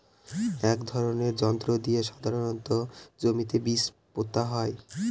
এক ধরনের যন্ত্র দিয়ে সাধারণত জমিতে বীজ পোতা হয়